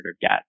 get